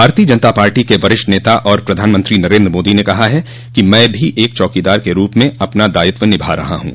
भारतीय जनता पार्टी क वरिष्ठ नेता और प्रधानमंत्री नरेन्द्र मोदी ने कहा है कि मैं एक चौकीदार के रूप में अपना दायित्व निभा रहा हूं